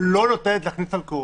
לא נותנת להכניס אלכוהול.